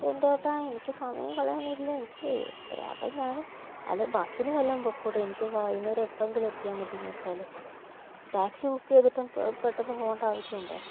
എന്റെ ഏട്ടാ എനിക്ക് സമയം കളയാനില്ല എനിക്ക് എത്ര അത് ഞാൻ അല്ലെങ്കിൽ ബസിനു വല്ലതും പോയിക്കൂടെ എനിക്ക് വൈകുന്നേരം എപ്പോഴെങ്കിലും എത്തിയാൽ മതിയെന്ന് വെച്ചാൽ ടാക്സി ബുക്ക് ചെയ്തിട്ട് പെട്ടെന്ന് പോവേണ്ട ആവശ്യം ഉണ്ടോ